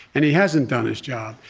and he hasn't done his job.